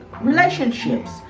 relationships